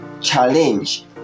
challenge